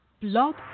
Blog